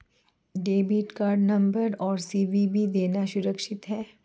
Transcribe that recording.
Debit card number और CVV देना सुरक्षित है?